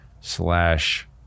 slash